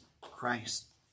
Christ